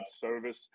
service